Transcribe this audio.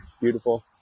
beautiful